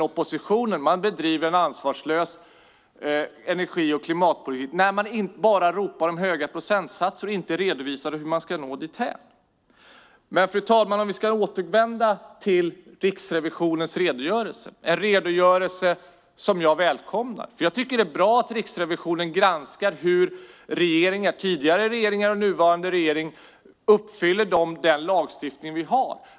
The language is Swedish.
Oppositionen bedriver en ansvarslös energi och klimatpolitik när man bara ropar om höga procentsatser men inte redovisar hur man ska nå dem. Fru talman! Jag välkomnar Riksrevisionens redogörelse. Jag tycker att det är bra att Riksrevisionen granskar hur regeringar - tidigare och nuvarande - uppfyller lagstiftningen.